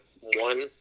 one